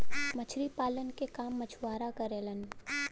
मछरी पालन के काम मछुआरा करेलन